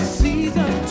season